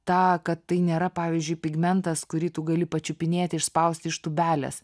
tą kad tai nėra pavyzdžiui pigmentas kurį tu gali pačiupinėti išspausti iš tūbelės